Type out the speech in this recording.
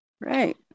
Right